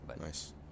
Nice